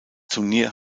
turnier